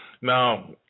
Now